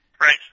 Right